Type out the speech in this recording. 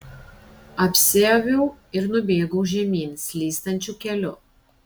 apsiaviau ir nubėgau žemyn slystančiu keliu